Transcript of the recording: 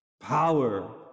power